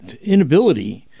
inability